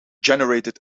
generated